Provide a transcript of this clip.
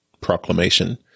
proclamation